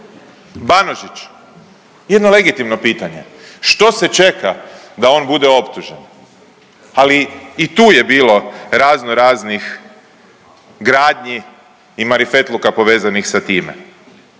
posjeduje. Banožić što se čeka da on bude optužen? Ali i tu je bilo razno, raznih gradnji i marifetluka povezanih sa time.